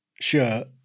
shirt